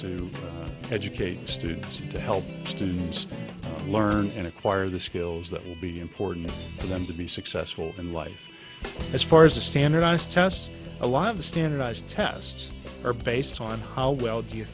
to educate students and to help students learn and acquire the skills that will be important for them to be successful in life as far as a standardized test a lot of the standardized tests are based on how well do you